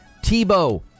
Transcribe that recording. Tebow